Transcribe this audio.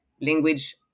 language